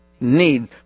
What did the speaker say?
need